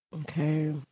Okay